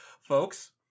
Folks